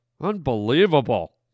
Unbelievable